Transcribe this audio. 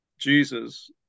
jesus